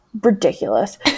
ridiculous